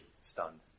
stunned